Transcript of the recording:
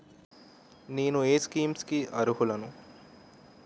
నేను ఏ స్కీమ్స్ కి అరుహులను?